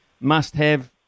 must-have